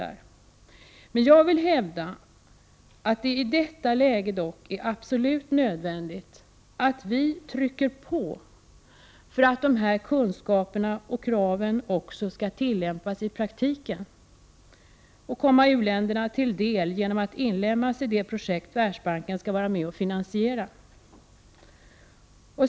Jag vill dock hävda att det i detta läge är absolut nödvändigt att trycka på för att de ekologiska kunskaperna och kraven skall tillämpas i praktiken och komma u-länderna till del genom att inlemmas i de projekt som Världsbanken skall vara med om att finansiera.